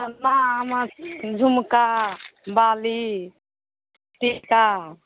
अम्मा अमा झुमका बाली टीका